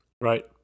Right